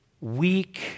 weak